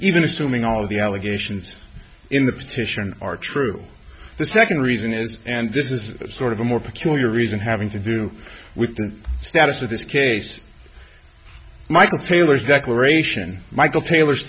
even assuming all of the allegations in the petition are true the second reason is and this is sort of a more peculiar reason having to do with the status of this case michael taylor's declaration michael taylor's